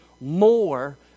more